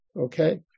okay